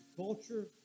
Culture